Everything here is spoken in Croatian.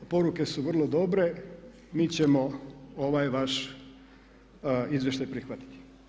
Poruke su vrlo dobre, mi ćemo ovaj vaš izvještaj prihvatiti.